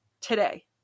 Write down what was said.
today